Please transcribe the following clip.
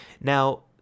Now